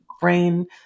brain